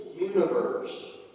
universe